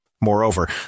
Moreover